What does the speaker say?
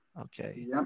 Okay